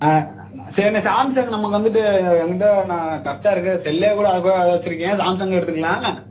ஆ சரிண்ணே சாம்சங் நமக்கு வந்துட்டு என் கிட்டே நான் கரெக்டாக இருக்குது செல்லேக்கூட அது கூட அது வச்சுருக்கேன் சாம்சங் எடுத்துக்கலாம்